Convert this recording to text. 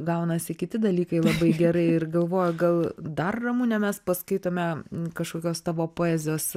gaunasi kiti dalykai labai gerai ir galvoju gal dar ramune mes paskaitome kažkokios tavo poezijos